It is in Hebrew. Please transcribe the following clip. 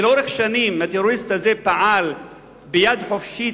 שלאורך שנים הטרוריסט הזה פעל ביד חופשית,